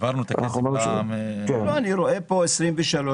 אני רואה כאן ב-2023